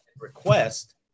request